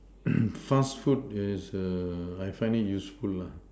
fast food is err I find it useful lah